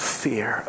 fear